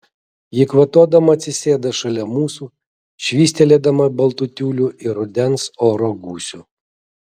ji kvatodama atsisėda šalia mūsų švystelėdama baltu tiuliu ir rudens oro gūsiu